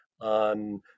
on